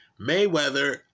Mayweather